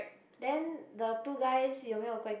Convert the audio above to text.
then the two guys you mei you guai